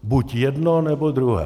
Buď jedno, nebo druhé.